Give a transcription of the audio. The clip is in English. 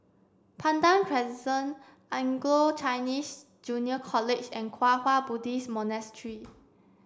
Pandan Crescent Anglo Chinese Junior College and Kwang Hua Buddhist Monastery